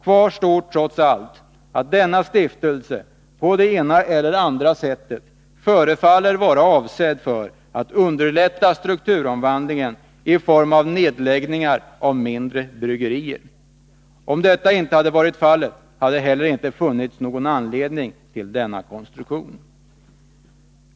Kvar står trots allt att denna stiftelse på det ena eller andra sättet förefaller vara avsedd att underlätta strukturomvandling i form av nedläggning av mindre bryggerier. Om detta inte hade varit fallet, hade det inte funnits någon anledning till denna konstruktion.